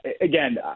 again